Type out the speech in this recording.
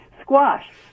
Squash